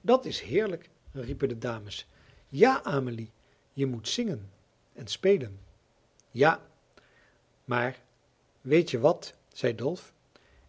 dat is heerlijk riepen de dames ja amelie je moet zingen en spelen ja maar weet je wat zei dolf